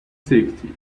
sixty